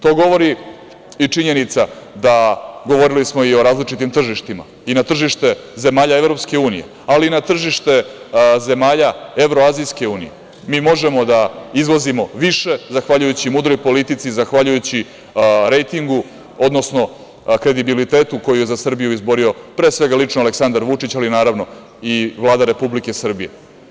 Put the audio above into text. To govori i činjenica da govorili smo i o različitim tržištima i na tržište zemalja EU, ali i na tržište zemalja Evroazijske unije mi možemo da izvozimo više zahvaljujući mudroj politici, zahvaljujući rejtingu, odnosno kredibilitetu koji je za Srbiju izborio pre svega lično Aleksandar Vučić, ali naravno i Vlada Republike Srbije.